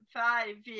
five